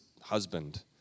husband